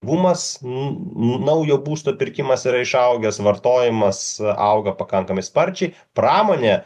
bumas naujo būsto pirkimas yra išaugęs vartojimas auga pakankamai sparčiai pramonė